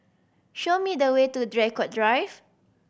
show me the way to Draycott Drive